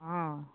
ହଁ